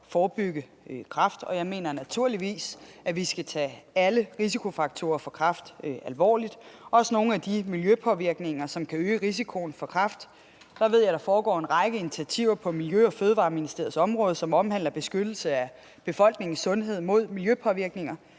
at forebygge kræft, og jeg mener naturligvis, at vi skal tage alle risikofaktorer for kræft alvorligt, også nogle af de miljøpåvirkninger, som kan øge risikoen for kræft. Der ved jeg at der er en række initiativer på Miljø- og Fødevareministeriets område, som omhandler beskyttelse af befolkningens sundhed mod miljøpåvirkninger.